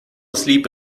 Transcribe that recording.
asleep